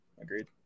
Agreed